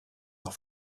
noch